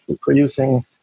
producing